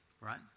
right